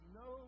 no